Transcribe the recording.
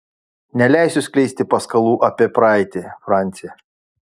neleisiu skleisti paskalų apie praeitį franci